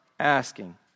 asking